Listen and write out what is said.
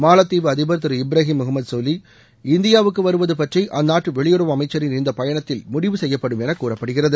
மாலத்தீவு அதிபர் திரு இப்ராஹிம் முகமது சோலி இந்தியாவுக்கு வருவது பற்றி அந்நாட்டு வெளியுறவு அமைச்சரின் இந்த பயணத்தில் முடிவு செய்யப்படும் என கூறப்படுகிறது